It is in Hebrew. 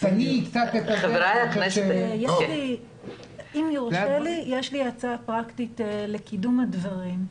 אם יורשה לי, יש לי הצעה פרקטית לקידום הדברים.